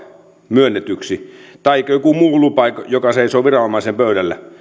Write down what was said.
myönnetyksi taikka joku muu lupa joka seisoo viranomaisen pöydällä